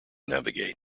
navigate